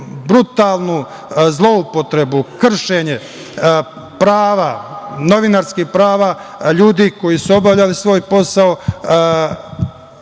brutalnu zloupotrebu, kršenje prava, novinarskih prava, ljudi koji su obavljali svoj posao,